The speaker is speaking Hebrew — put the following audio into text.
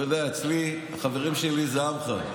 אתה יודע, אצלי, חברים שלי הם עמך.